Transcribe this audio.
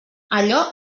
allò